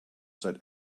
that